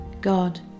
God